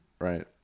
Right